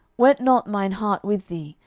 went not mine heart with thee,